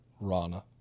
Rana